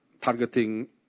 targeting